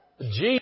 Jesus